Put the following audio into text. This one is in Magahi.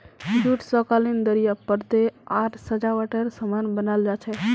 जूट स कालीन दरियाँ परदे आर सजावटेर सामान बनाल जा छेक